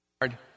hard